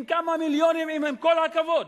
עם כמה מיליונים, עם כל הכבוד,